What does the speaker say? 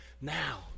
now